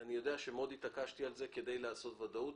אני יודע שאני מאוד התעקשתי על זה כדי לעשות ודאות,